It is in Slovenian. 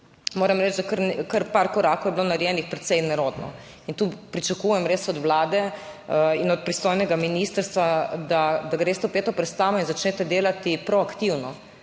moram reči, da kar par korakov je bilo narejenih, precej nerodno. In tu pričakujem, res od Vlade in od pristojnega ministrstva, da greste v peto predstavo in začnete delati proaktivno.